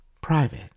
private